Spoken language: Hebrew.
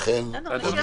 לכן אמרתי